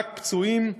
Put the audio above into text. רק פצועים,